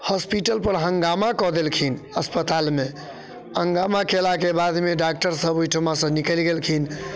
हॉस्पिटलपर हंगामा कऽ देलखिन अस्पतालमे हंगामा केलाके बादमे डाक्टरसब ओहिठामसँ निकलि गेलखिन